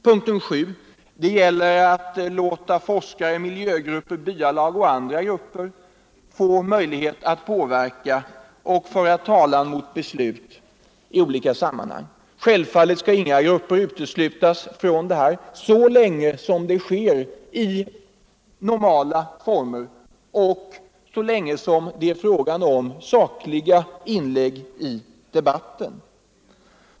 Punkten 7 gäller att man skall låta forskare, miljögrupper, byalag och andra grupper få möjlighet att påverka och föra talan mot beslut i olika sammanhang. Självfallet skall inga grupper uteslutas från detta så länge det sker i ordnade former och så länge det är fråga om sakliga inlägg i debatten.